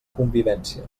convivència